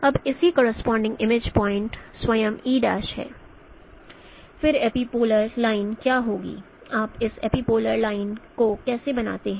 अब इसकी corresponding image point स्वयं e' है फिर एपीपोलर लाइन क्या होगी आप इस एपीपोलर लाइन को कैसे बनाते हैं